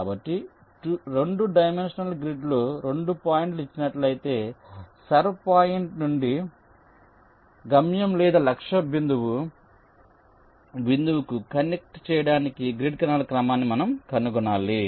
కాబట్టి 2 డైమెన్షనల్ గ్రిడ్లో 2 పాయింట్లు ఇచ్చినట్లయితే సోర్స్ పాయింట్ నుండి గమ్యం లేదా లక్ష్య బిందువుకు కనెక్ట్ చేయడానికి గ్రిడ్ కణాల క్రమాన్ని మనం కనుగొనాలి